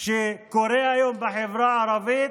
שקורה היום בחברה הערבית,